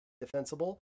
defensible